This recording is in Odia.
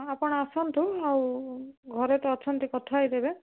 ହଁ ଆପଣ ଆସନ୍ତୁ ଆଉ ଘରେ ତ ଅଛନ୍ତି କଥା ହେଇଯିବେ